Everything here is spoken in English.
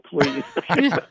please